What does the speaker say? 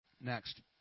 Next